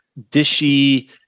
dishy